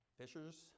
Fishers